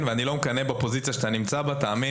אני לא מקנא בפוזיציה שאתה נמצא בה ותאמין